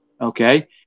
Okay